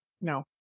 No